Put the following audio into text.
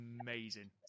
amazing